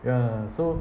ya so